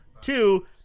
Two